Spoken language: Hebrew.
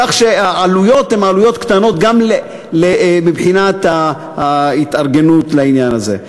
כך שהעלויות הן עלויות קטנות גם מבחינת ההתארגנות לעניין הזה.